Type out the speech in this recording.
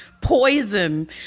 poison